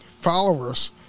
followers